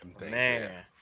man